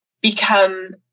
become